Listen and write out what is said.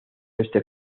este